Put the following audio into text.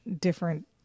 different